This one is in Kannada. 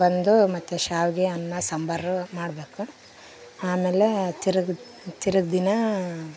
ಬಂದು ಮತ್ತು ಶ್ಯಾವಿಗೆ ಅನ್ನ ಸಾಂಬಾರು ಮಾಡಬೇಕು ಆಮೇಲೆ ತಿರ್ಗ ತಿರ್ಗ ದಿನ